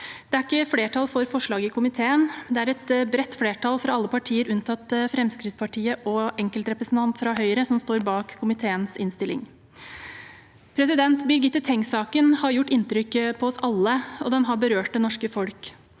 Det er ikke flertall for forslaget i komiteen. Det er et bredt flertall fra alle partier, unntatt Fremskrittspartiet og en enkeltrepresentant fra Høyre, som står bak komiteens innstilling. Birgitte Tengs-saken har gjort inntrykk på oss alle, og den har berørt det norske folk.